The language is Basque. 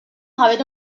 jabetu